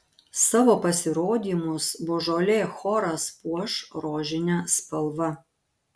savo pasirodymus božolė choras puoš rožine spalva